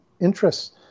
interests